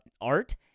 art